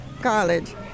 college